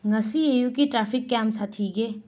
ꯉꯁꯤ ꯑꯌꯨꯛꯀꯤ ꯇ꯭ꯔꯥꯐꯤꯛ ꯀꯌꯥꯝ ꯁꯥꯊꯤꯒꯦ